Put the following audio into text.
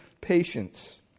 patience